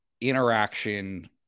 interaction